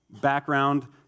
background